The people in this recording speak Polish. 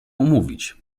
umówić